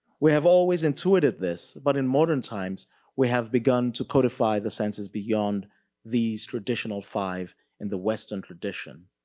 we have always intuited this but in modern times we have begun to codify the senses beyond these traditional five in the western tradition.